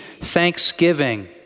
thanksgiving